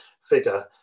figure